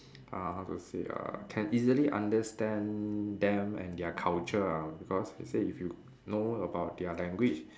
uh how to say uh can easily understand them and their culture ah because let's say if you know about their language